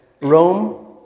Rome